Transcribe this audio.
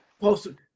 posted